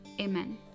amen